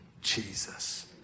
Jesus